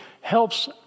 helps